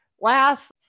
laugh